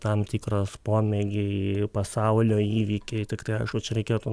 tam tikros pomėgiai pasaulio įvykiai tiktai aišku čia reikėtų